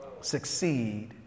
Succeed